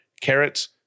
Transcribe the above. carrots